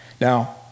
Now